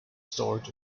stored